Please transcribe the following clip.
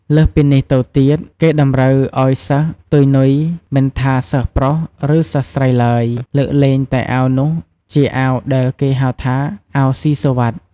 លើសពីនេះទៅទៀត គេតម្រូវអោយសិស្ស ទុយនុយ មិនថាសិស្សប្រុសឬ សិស្សស្រីឡើយ លើកលែងតែអាវនោះជាអាវ ដែលគេហៅថា អាវស៊ីសុវិត្ថ។